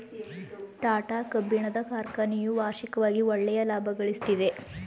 ಟಾಟಾ ಕಬ್ಬಿಣದ ಕಾರ್ಖನೆಯು ವಾರ್ಷಿಕವಾಗಿ ಒಳ್ಳೆಯ ಲಾಭಗಳಿಸ್ತಿದೆ